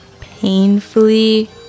painfully